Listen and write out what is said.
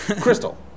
Crystal